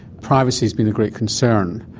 privacy has been a great concern,